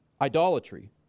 idolatry